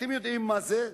אתם יודעים מה זה?